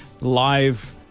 live